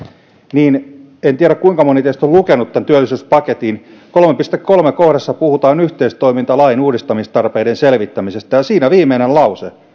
niin en tiedä kuinka moni teistä on lukenut tämän työllisyyspaketin kolme piste kolme kohdassa puhutaan yhteistoimintalain uudistamistarpeiden selvittämisestä ja siinä viimeinen lause